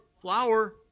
flour